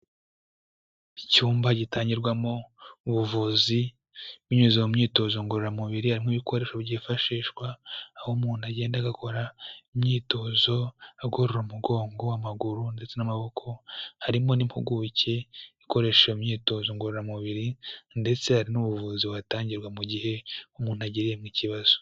Icyumba gitangirwamo ubuvuzi binyuze mu myitozo ngororamubiri harimo ibikoresho byifashishwa aho umuntu agenda agakora imyitozo agorora umugongo, amaguru, ndetse n'amaboko harimo n'impuguke ikoresha iyo myitozo ngororamubiri ndetse hari n'ubuvuzi buhatangirwa mu gihe umuntu agiriyemo kibazo.